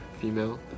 female